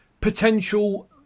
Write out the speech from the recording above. potential